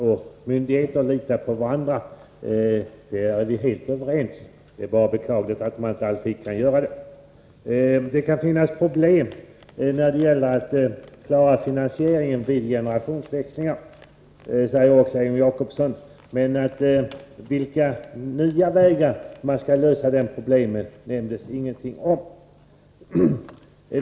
Herr talman! Egon Jacobsson sade att man skall kunna lita på myndigheter och på varandra. På den punkten är vi helt överens. Det är bara beklagligt att man inte alltid kan göra det. Det kan finnas problem när det gäller att klara finansieringen vid generationsväxlingar, säger också Egon Jacobsson, men vilka nya vägar man skall lösa det problemet på nämnde han ingenting om.